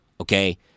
okay